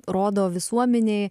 rodo visuomenei